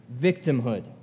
victimhood